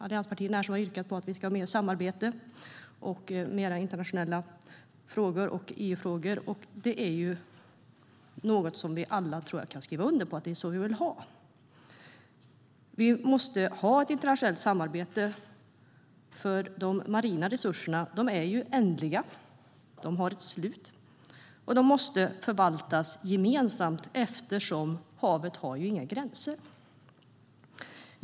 Allianspartierna har yrkat på att vi ska ha mer samarbete och mer internationella frågor och EU-frågor, och det tror jag är något som vi alla kan skriva under på att vi vill ha. Vi måste ha ett internationellt samarbete, för de marina resurserna är ändliga. De har ett slut, och de måste förvaltas gemensamt eftersom havet inte har några gränser.